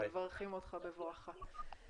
אנחנו מברכים אותך בבואך.